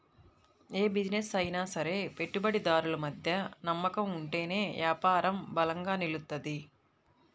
యే బిజినెస్ అయినా సరే పెట్టుబడిదారులు మధ్య నమ్మకం ఉంటేనే యాపారం బలంగా నిలుత్తది